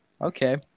Okay